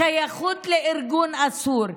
שייכות לארגון אסור.